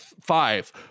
five